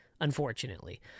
unfortunately